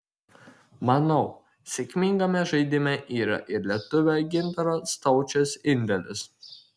manau sėkmingame žaidime yra ir lietuvio gintaro staučės indėlis